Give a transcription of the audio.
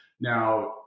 Now